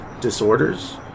disorders